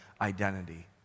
identity